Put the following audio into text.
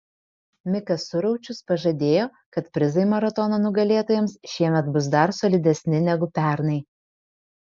mikas suraučius pažadėjo kad prizai maratono nugalėtojams šiemet bus dar solidesni negu pernai